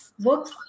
works